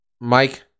Mike